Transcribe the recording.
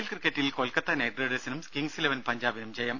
L ക്രിക്കറ്റിൽ Kolkata knight റൈഡേഴ്സിനും kings eleven പഞ്ചാബിനും ജയം